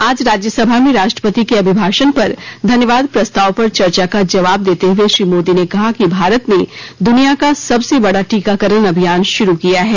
आज राज्यसभा में राष्ट्रपति के अभिभाषण पर धन्यवाद प्रस्ताव पर चर्चा का जवाब देते हुए श्री मोदी ने कहा कि भारत ने दुनिया का सबसे बड़ा टीकाकरण अभियान शुरू किया है